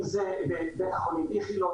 אם זה בית החולים איכילוב,